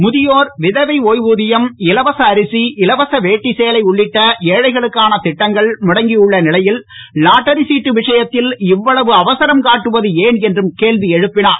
முதியோர் விதவை ஒயவு ஊதியம் இலவச அரிசி இலவச வேட்டி சேலை உள்ளிட்ட ஏழைகளுக்கான திட்டங்கள் முடங்கியுள்ள நிலையில் லாட்டரி சீட்டு விஷயத்தில் இவ்வளவு அவசரம் காட்டுவது ஏன் என்றும் கேள்வி எழுப்பினார்